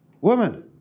woman